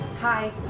Hi